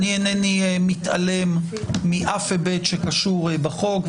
איני מתעלם מאף היבט שקשור בחוק,